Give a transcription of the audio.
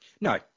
No